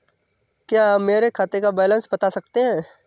क्या आप मेरे खाते का बैलेंस बता सकते हैं?